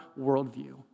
worldview